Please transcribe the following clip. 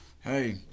hey